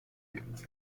lebens